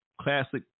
classic